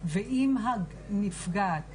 ואם הנפגעת